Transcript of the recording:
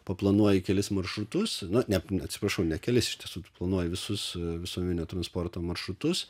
paplanuoji kelis maršrutus na ne atsiprašau ne kelis iš tiesų tu planuoji visus visuomeninio transporto maršrutus